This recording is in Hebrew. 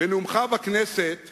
בנאומך בכנסת